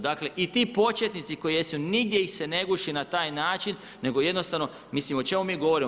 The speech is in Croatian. Dakle i ti početnici koji jesu, nigdje ih se ne guši na taj način nego jednostavno, mislim o čemu mi govorimo?